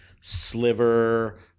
Sliver